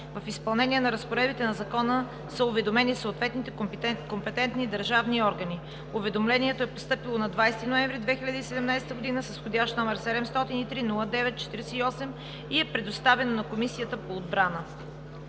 В изпълнение на разпоредбите на Закона са уведомени съответните компетентни държавни органи. Уведомлението е постъпило на 20 ноември 2017 г., с входящ № 703-09-48 и е предоставено на Комисията по отбрана.